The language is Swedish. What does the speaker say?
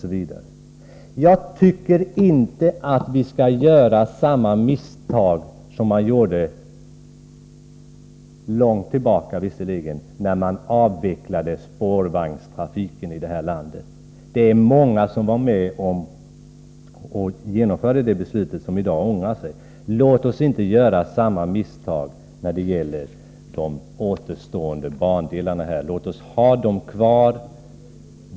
Låt oss inte göra samma misstag som man gjorde, även om det ligger långt tillbaka i tiden, när man avvecklade spårvagnstrafiken här ilandet. Många som var med om det beslutet ångrar sig i dag. Vi får inte göra samma misstag när det gäller de återstående bandelarna. Låt oss ha dem kvar!